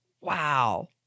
Wow